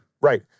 Right